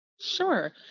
Sure